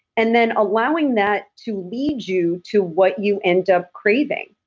and then allowing that to lead you to what you end up craving?